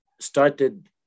started